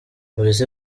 polisi